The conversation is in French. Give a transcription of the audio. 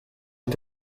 est